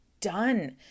done